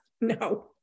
No